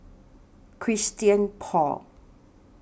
Christian Paul